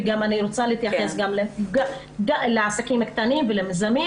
ואני רוצה להתייחס גם לעסקים הקטנים ולמיזמים